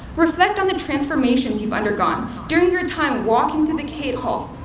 reflect on the transformations you've undergone during your time walking through the cate hall,